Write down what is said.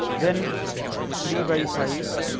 then three by five,